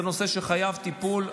זה נושא שחייב טיפול.